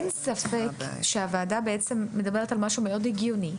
אין ספק שהוועדה מדברת על משהו מאוד הגיוני,